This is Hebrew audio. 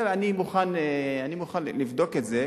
אני מוכן לבדוק את זה,